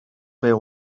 beth